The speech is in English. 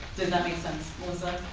does that make sense melissa?